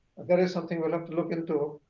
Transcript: that is something we'll have to look into.